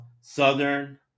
Southern